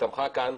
הסתמכה כאן,